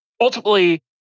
Ultimately